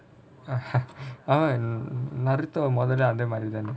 அதான்:athaan naruto மொதலே அப்பிடி தான்:mothala appidi thaan